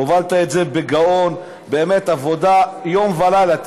הובלת את זה בגאון, באמת, בעבודה יום ולילה.